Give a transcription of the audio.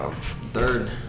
third